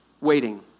waiting